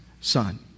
son